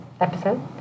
episode